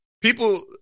people